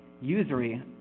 usury